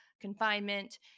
confinement